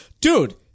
dude